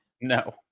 No